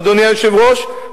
אדוני היושב-ראש,